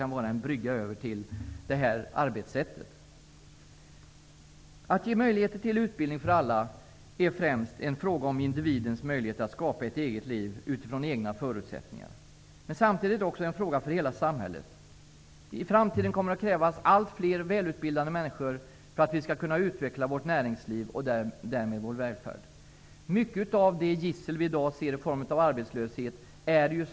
Detta kan vara en brygga över till ett annat arbetssätt. Att ge möjligheter till utbildning för alla är främst en fråga om individens möjligheter att skapa ett eget liv utifrån egna förutsättningar. Samtidigt är det en fråga för hela samhället. I framtiden kommer det att krävas alltfler välutbildade människor för att vi skall kunna utveckla vårt näringsliv och därmed vår välfärd. Arbetslösheten utgör en stor del av dagens gissel.